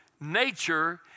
Nature